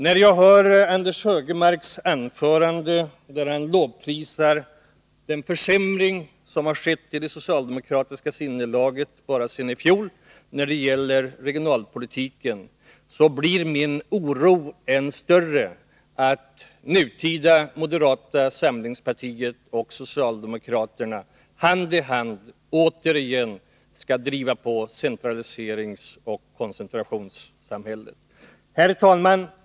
När jag hör Anders Högmarks anförande, där han lovprisar den försämring som skett bara sedan i fjol i det socialdemokratiska sinnelaget när det gäller regionalpolitiken, blir min oro än större för att nutida moderater och socialdemokrater hand i hand återigen skall driva på centraliseringsoch koncentrationssamhället. Herr talman!